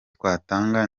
twatanga